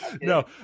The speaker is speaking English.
No